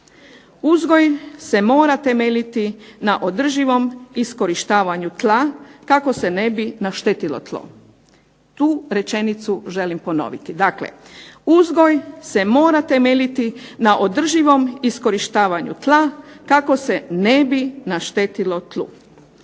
Uzgoj se mora temeljiti na održivom iskorištavanju tla, kako se ne bi naštetilo tlo. Tu rečenicu želim ponoviti. Dakle, uzgoj se mora temeljiti na održivom iskorištavanju tla, kao se ne bi naštetilo tlu.